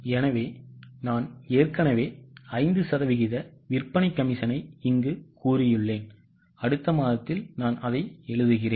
எனவே நான் ஏற்கனவே 5 சதவீத விற்பனை கமிஷனை இங்கு கூறியுள்ளேன் அடுத்த மாதத்தில் எழுதுகிறேன்